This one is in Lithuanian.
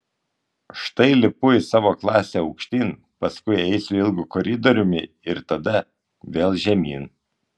štai lipu į savo klasę aukštyn paskui eisiu ilgu koridoriumi ir tada vėl žemyn